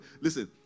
Listen